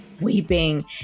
weeping